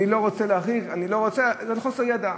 אני לא רוצה להביך, זה מחוסר ידע.